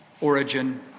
origin